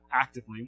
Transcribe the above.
actively